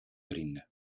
vrienden